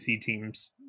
teams